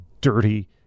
dirty